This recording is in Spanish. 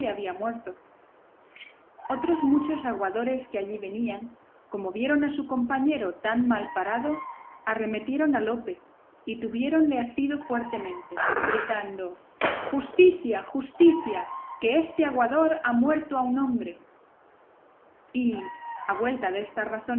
había muerto otros muchos aguadores que allí venían como vieron a su compañero tan malparado arremetieron a lope y tuviéronle asido fuertemente gritando justicia justicia que este aguador ha muerto a un hombre y a vuelta destas